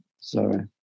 Sorry